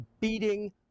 beating